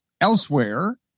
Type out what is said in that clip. elsewhere